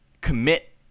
commit